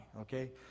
okay